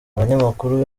abanyamakuru